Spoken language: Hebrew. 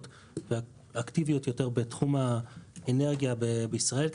ואקטיביות יותר בתחום האנרגיה בישראל,